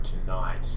tonight